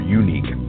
unique